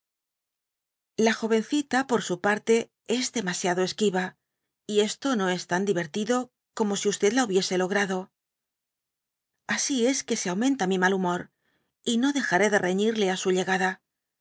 la jovencita por su parte es demasiado esquiva y esto no es tan di iirertido como si la hubiese logrado así es que se aumenta mi mal humor y no dejaré de re ñirle á su llegada